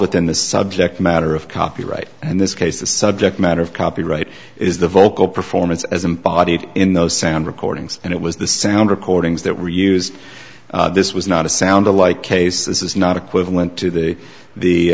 within the subject matter of copyright and this case the subject matter of copyright is the vocal performance as imparted in those sound recordings and it was the sound recordings that were used this was not a sound alike case this is not equivalent to the the